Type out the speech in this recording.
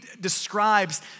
describes